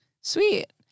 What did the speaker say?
Sweet